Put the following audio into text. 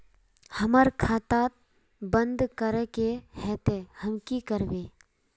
हमर खाता बंद करे के है ते हम की करबे?